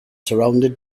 surrounded